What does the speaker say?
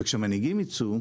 וכשהמנהיגים ייצאו,